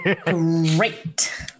great